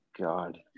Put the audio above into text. God